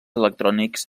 electrònics